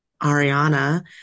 Ariana